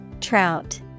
Trout